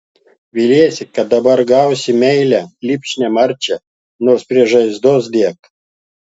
viliesi kad dabar gausi meilią lipšnią marčią nors prie žaizdos dėk